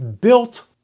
built